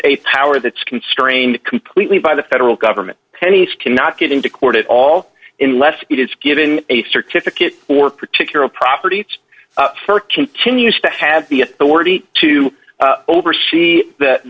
a power that is constrained completely by the federal government penney's cannot get into court at all in lest it is given a certificate or particular property for continues to have the authority to oversee the